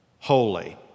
holy